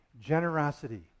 Generosity